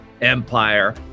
empire